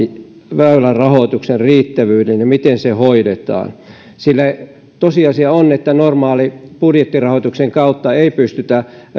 väylärahoituksen riittävyyden ja miten se hoidetaan tosiasia on että normaalin budjettirahoituksen kautta ei pystytä